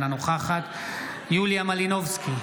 אינה נוכחת יוליה מלינובסקי,